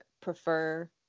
prefer